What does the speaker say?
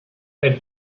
that